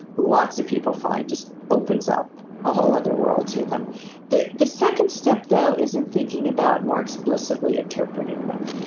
lots of people find just opens up a whole other world to them the the second step though is in thinking about more explicitly interpreting them.